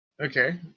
Okay